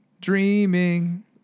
dreaming